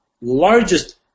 largest